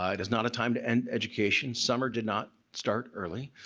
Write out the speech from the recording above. it is not a time to end education, summer did not start early.